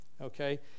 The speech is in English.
Okay